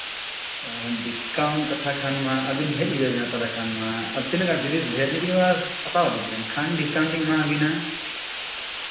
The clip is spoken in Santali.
ᱚ ᱰᱤᱥᱠᱟᱣᱩᱱᱴ ᱠᱟᱛᱷᱟ ᱠᱷᱟᱱ ᱢᱟ ᱟᱹᱵᱤᱱ ᱦᱮᱡ ᱦᱩᱭ ᱟᱹᱵᱤᱱᱟ ᱛᱟᱦᱚᱞᱮ ᱠᱷᱟᱱ ᱢᱟ ᱟᱨ ᱛᱤᱱᱟᱹᱜ ᱜᱟᱱ ᱡᱤᱱᱤᱥ ᱰᱷᱮᱨ ᱡᱩᱫᱤ ᱱᱚᱣᱟ ᱦᱟᱛᱟᱣ ᱟᱹᱵᱤᱱ ᱡᱟᱹᱱᱤᱡ ᱠᱷᱟᱱ ᱰᱤᱥᱠᱟᱣᱩᱱᱴ ᱞᱤᱧ ᱮᱢᱟᱜ ᱵᱤᱱᱟ